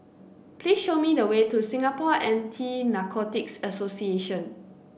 please show me the way to Singapore Anti Narcotics Association